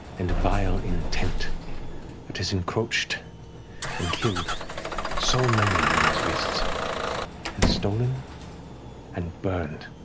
and vile intent that has encroached and killed so many in these wastes and stolen and burned.